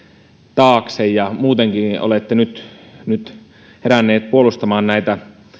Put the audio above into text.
taakse ja muutenkin olette nyt nyt heränneet puolustamaan näitä